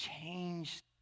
changed